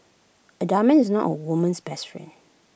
A diamond is not A woman's best friend